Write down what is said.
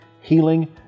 healing